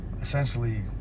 Essentially